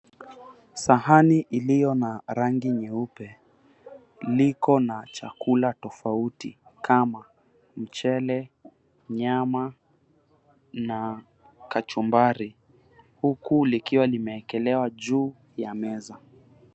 Sahani iliyo na rangi nyeupe liko na chakula tofauti kama mchele, nyama na kachumbari huku likiwa limewekelewa juu ya meza.